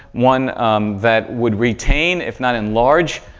one that would retain, if not in large,